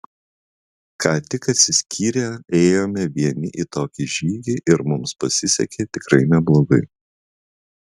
ką tik atsiskyrę ėjome vieni į tokį žygį ir mums pasisekė tikrai neblogai